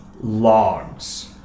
logs